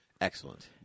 Excellent